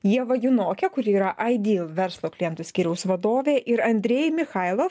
ievą junokę kuri yra ideal verslo klientų skyriaus vadovė ir andrej michailov